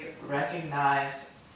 recognize